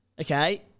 Okay